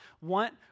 want